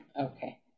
Okay